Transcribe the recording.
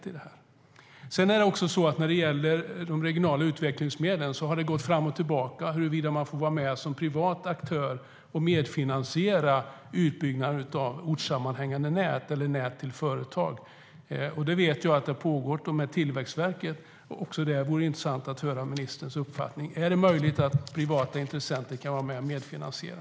I fråga om de regionala utvecklingsmedlen har det gått fram och tillbaka när det gäller om man som privat aktör får medfinansiera utbyggnaden av ortssammanhängande nät eller nät till företag. Jag vet att diskussioner har pågått med Tillväxtverket. Det vore intressant att höra ministerns uppfattning även i den frågan. Är det möjligt för privata intressenter att medfinansiera?